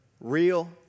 real